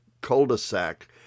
cul-de-sac